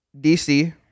dc